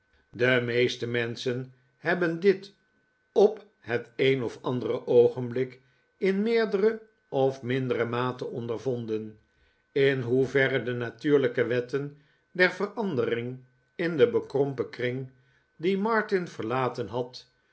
de meeste menschen hebben dit op het een of andere oogenblik in meerdere of mindere mate ondervonden in hoeverre de natuurlijke wetten der verandering in den bekrompen kring dien martin verlaten had